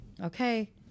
Okay